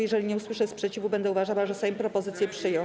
Jeżeli nie usłyszę sprzeciwu, będę uważała, że Sejm propozycję przyjął.